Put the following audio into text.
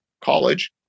college